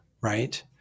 right